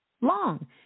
long